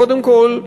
קודם כול,